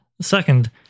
Second